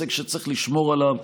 הישג שצריך לשמור עליו,